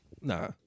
Nah